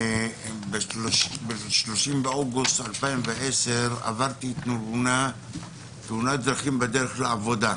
ב-30 באוגוסט 2010 עברתי תאונת דרכים בדרך לעבודה.